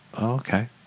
Okay